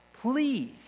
please